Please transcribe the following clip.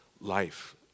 life